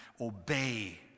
obey